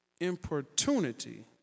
importunity